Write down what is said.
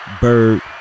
bird